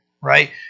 right